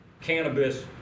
cannabis